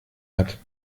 hat